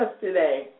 today